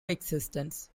existence